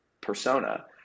persona